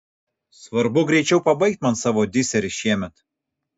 svarbu greičiau pabaigt man savo diserį šiemet